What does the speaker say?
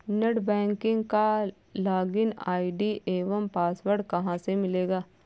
Net banking का login ID एवं password कहाँ से मिलेगा?